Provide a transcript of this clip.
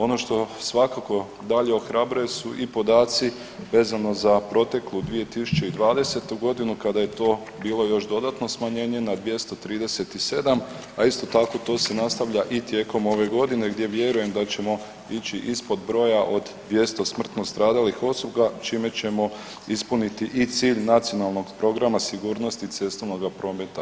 Ono što svakako dalje ohrabruje su i podaci vezano za proteklu 2020.g. kada je to bilo još dodatno smanjenje na 237, a isto tako to se nastavlja i tijekom ove godine gdje vjerujem da ćemo ići ispod broja od 200 smrtno stradalih osoba čime ćemo ispuniti i cilj Nacionalnog programa sigurnosti cestovnoga prometa.